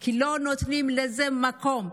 כי לא נותנים לזה מקום.